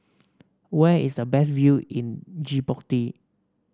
where is the best view in Djibouti